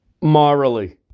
Morally